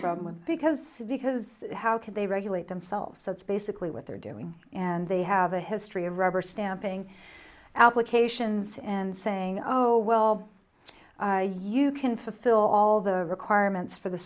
problem with because because how can they regulate themselves that's basically what they're doing and they have a history of rubber stamping allocations and saying oh well you can fulfill all the requirements for the